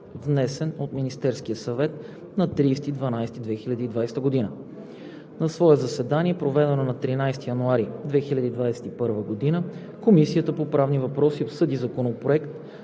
внесен от Министерския съвет на 30 декември 2020 г. На свое заседание, проведено на 13 януари 2021 г., Комисията по правни въпроси обсъди Законопроект